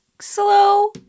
slow